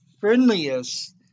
friendliest